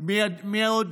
מי עוד?